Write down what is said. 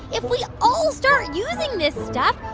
if we all start using this stuff,